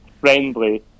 friendly